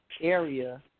area